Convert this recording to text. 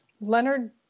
Leonard